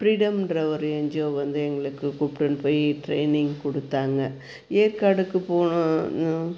ஃப்ரீடமுன்ற ஒரு என்ஜியோ வந்து எங்களுக்கு கூப்பிட்டுன்னு போய் ட்ரைனிங் கொடுத்தாங்க ஏற்காடுக்கு போனோடன